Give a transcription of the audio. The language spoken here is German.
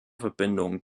verbindung